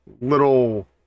little